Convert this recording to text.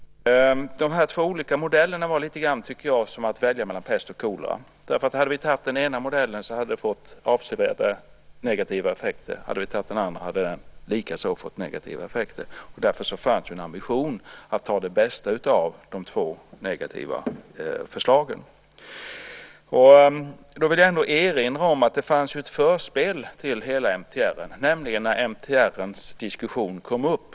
De här två olika modellerna var, tycker jag, lite grann som att välja mellan pest och kolera. Hade vi antagit den ena modellen hade det fått avsevärda negativa effekter. Hade vi antagit den andra hade det likaså fått negativa effekter. Därför fanns det en ambition att ta det bästa av de två negativa förslagen. Då vill jag ändå erinra om att det fanns ett förspel till hela MTR, nämligen när diskussionen om MTR kom upp.